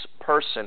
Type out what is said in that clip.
person